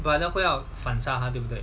反而会要反杀他对不对